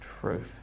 truth